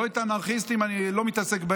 באנרכיסטים אני לא מתעסק.